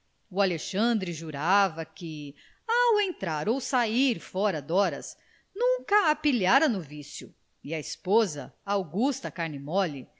o alexandre jurava que ao entrar ou sair fora de horas nunca a pilhara no vicio e a esposa a augusta